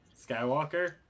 Skywalker